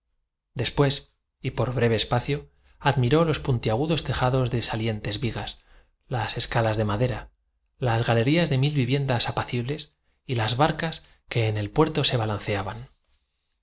después y por breve espacio admiró los terreno vivaz fecundo variadísimo poblado de recuerdos feudales puntiagudos tejados de salientes vigas las escalas de madera las ga verdeante pero que en todas partes conserva las huellas del hierro y lerías de mil viviendas apacibles y las barcas que en el puerto se ba el